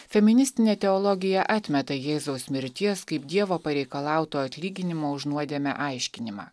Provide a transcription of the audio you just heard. feministinė teologija atmeta jėzaus mirties kaip dievo pareikalauto atlyginimo už nuodėmę aiškinimą